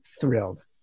thrilled